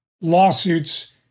lawsuits